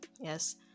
yes